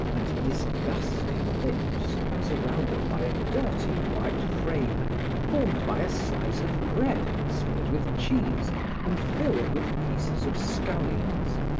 and disgusting lips surrounded by a dirty white frame formed by a slice of bread smeared with cheese and filled with pieces of scallions.